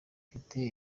ifite